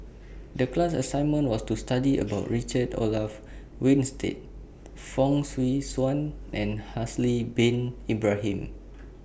The class assignment was to study about Richard Olaf Winstedt Fong Swee Suan and Haslir Bin Ibrahim